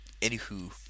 Anywho